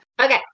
okay